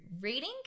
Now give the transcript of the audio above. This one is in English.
reading